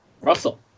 Russell